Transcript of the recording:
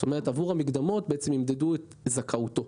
כלומר שעבור המקדמות ימדדו את זכאותו.